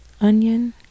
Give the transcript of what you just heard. Onion